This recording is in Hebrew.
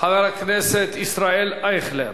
חבר הכנסת ישראל אייכלר.